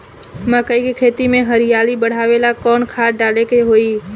मकई के खेती में हरियाली बढ़ावेला कवन खाद डाले के होई?